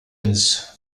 evans